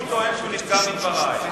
הוא טוען שהוא נפגע מדברייך.